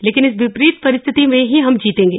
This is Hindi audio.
लेकिन इस विपरीत परिस्थिति में ही हम जीतेंगे